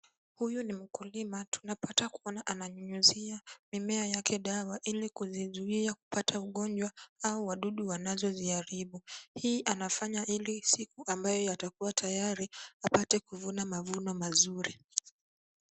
Huyu ni mkulima, tunapata kuona ananyunyizia mimea yake dawa ili kuzizuia kupata ugonjwa au wadudu wanazoziharibu. Hii anafanya ili siku ambayo yatakuwa tayari apate kuvuna mavuno mazuri.